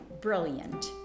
brilliant